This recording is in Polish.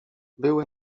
były